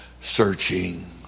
searching